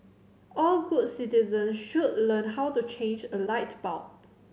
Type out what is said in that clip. all good citizens should learn how to change a light bulb